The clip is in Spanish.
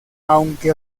aunque